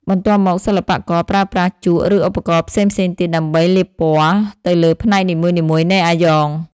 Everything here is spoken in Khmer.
បន្ទាប់មក សិល្បករប្រើប្រាស់ជក់ឬឧបករណ៍ផ្សេងៗទៀតដើម្បីលាបពណ៌ទៅលើផ្នែកនីមួយៗនៃអាយ៉ង។